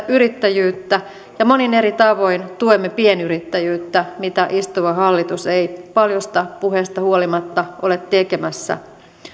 yrittäjyyttä ja monin eri tavoin tuemme pienyrittäjyyttä mitä istuva hallitus ei paljosta puheesta huolimatta ole tekemässä